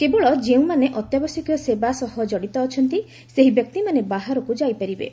କେବଳ ଯେଉଁମାନେ ଅତ୍ୟାବଶ୍ୟକ ସେବା ସହ ଜଡ଼ିତ ଅଛନ୍ତି ସେହି ବ୍ୟକ୍ତିମାନେ ବାହାରକୁ ଯାଇ ପାରିବେ